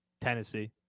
Tennessee